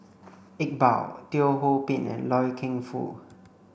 Iqbal Teo Ho Pin and Loy Keng Foo